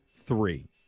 three